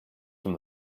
from